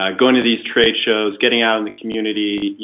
ah going to these tradeshows, getting out in the community,